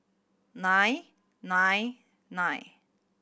nine nine nine